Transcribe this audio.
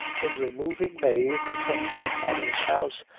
in removing mave from her father's house,